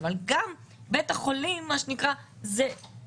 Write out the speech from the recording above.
אבל גם בית החולים זאת רשות.